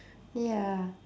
ya